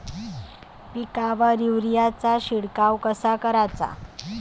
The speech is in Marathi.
पिकावर युरीया चा शिडकाव कसा कराचा?